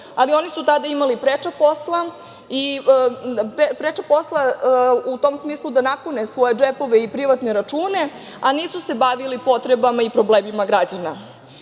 to. Oni su tada imali preča posla u tom smislu da napune svoje džepove i privatne račune, a nisu se bavili potrebama i problemima građana. Sramno